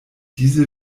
diese